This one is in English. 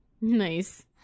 nice